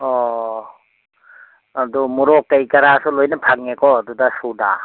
ꯑꯣ ꯑꯗꯣ ꯃꯣꯔꯣꯛ ꯀꯔꯤ ꯀꯔꯥꯁꯨ ꯂꯣꯏꯅ ꯐꯪꯉꯦꯀꯣ ꯑꯗꯨꯗ